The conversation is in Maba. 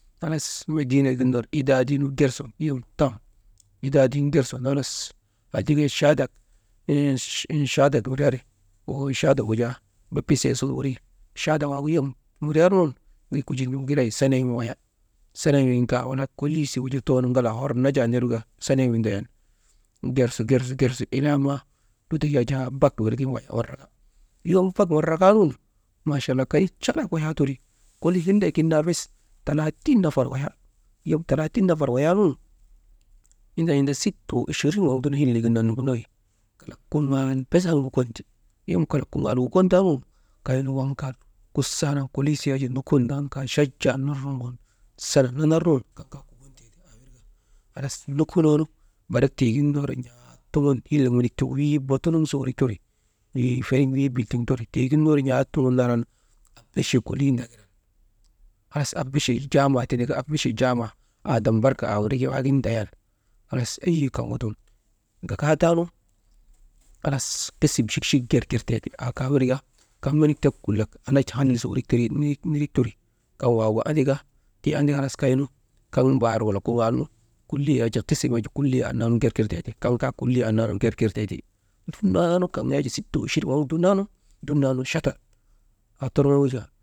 Halas mediinek gin ner idaadii nu ger sun yom tam idaadii gersun halas aa tika chaadak iŋ chaadak windriyari, chaadak gu jaa bepeese su uri, chaadak waagu yom windriyarnun, wujaa kujinin kiray sanawin waya, sanayin kaa wanak koliisii too nu ŋalaa hor najaa nir wika senawi ndayan gersu, gersu, gersu, ilaa maa lutok bak wirgin waya yom bak wandrakaanun maachala kay calak wayaa teri, kolii hillek gin naa bes talaatin nafar waya, yom talaatin nafar wayaanun inda, inda sitta wa ichirin waŋ dumnan hillek gin naa nukunoo weri, kalak kuŋaal bes an wukondi, yom kalak kuŋaal wukondaanun kaynu waŋ kaa kusaa nan kolii sii yak nukondaanu chaja nondroŋun sana nanar nun halas nukunoo nu halas barik tii gin ner n̰aat tuŋun hillek menik tiigu wii batunuŋ su wurik teri, wii, feriŋ wii biltiŋ teri, tii gin ner n̰aat tuŋun naran, ebeche kolii ndagiran, halas abeche jaama tindika abeche jaama adam barka aa wirik waagin ndayan halas eyi kaŋgu dum gagaa taanu fesil chik chik ger kir tee ti aa kaa wirka, kalak menik tek kullak alhaj hani su wurik tindrii teri, kaŋ waagu andaka tii andaka halas kaynu kaŋ mbaar wala kuŋaal nu kuliya yak jaa kisim yak jaa kuliyaa annanun ger kir tee ti, kaŋ kaa kulliya annaa nun ger kir teeti, dumnaanu kaŋ yak jaa sitte wa ichirin waŋgu dumnan nu dumnaanu chata aa torŋka jaa.